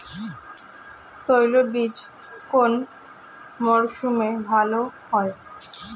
তৈলবীজ কোন মরশুমে ভাল হয়?